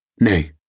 Nay